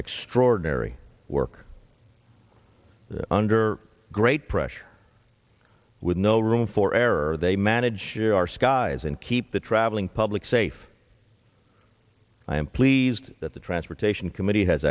extraordinary work under great pressure with no room for error they manage our skies and keep the traveling public safe i am pleased that the transportation com